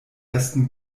ersten